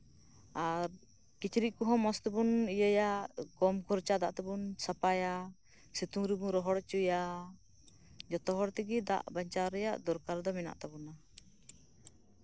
ᱟᱨ ᱠᱤᱪᱨᱤᱪ ᱠᱚᱸᱦᱚᱸ ᱢᱚᱸᱡᱛᱮ ᱵᱚᱱ ᱤᱭᱟᱹᱭᱟ ᱠᱚᱢ ᱠᱷᱚᱨᱪᱟ ᱫᱟᱜ ᱛᱮᱵᱚᱱ ᱥᱟᱯᱷᱟᱭᱟ ᱥᱤᱛᱩᱝ ᱨᱮᱵᱚᱱ ᱨᱚᱦᱚᱭ ᱦᱚᱪᱚᱭᱟ ᱡᱚᱛᱚ ᱦᱚᱲ ᱛᱮᱜᱮ ᱫᱟᱜ ᱵᱟᱧᱪᱟᱣ ᱨᱮᱭᱟᱜ ᱫᱚᱨᱠᱟᱨ ᱫᱚ ᱢᱮᱱᱟᱜ ᱛᱟᱵᱳᱱᱟ